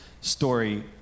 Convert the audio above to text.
story